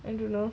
I don't know